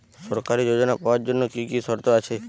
সরকারী যোজনা পাওয়ার জন্য কি কি শর্ত আছে?